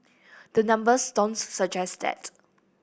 the numbers don't suggest that